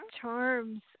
charms